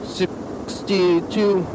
sixty-two